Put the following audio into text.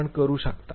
आपण करू शकता